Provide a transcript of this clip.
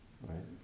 right